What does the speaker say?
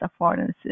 affordances